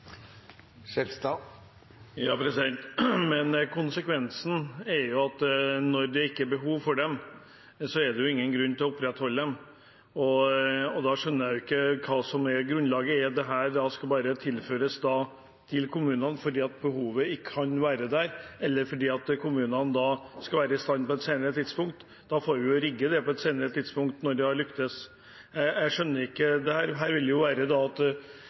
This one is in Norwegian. Men konsekvensen er jo at når det ikke er behov for dem, er det ingen grunn til å opprettholde dem. Da skjønner jeg ikke hva som er grunnlaget. Skal dette da bare tilføres kommunene fordi behovet kan være der, eller fordi kommunene skal være klar på et senere tidspunkt? Da får vi jo rigge det på et senere tidspunkt, når en har lyktes. Jeg skjønner ikke dette. Her vil det jo være slik at